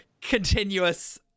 continuous